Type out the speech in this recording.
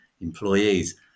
employees